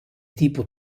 tipo